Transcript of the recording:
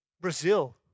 Brazil